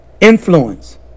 Influence